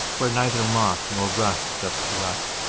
where neither moth nor rust doth corrupt,